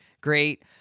great